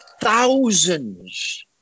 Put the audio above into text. thousands